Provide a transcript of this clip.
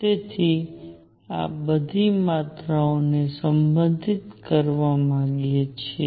તેથી આ બધી માત્રાઓને સંબંધિત કરવા માંગીએ છીએ